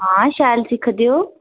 हां शैल सिखदे ओह्